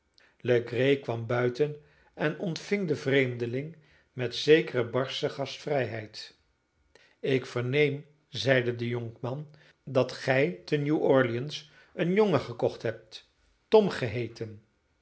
legree kwam buiten en ontving den vreemdeling met zekere barsche gastvrijheid ik verneem zeide de jonkman dat gij te new-orleans een jongen gekocht hebt tom geheeten